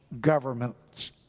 governments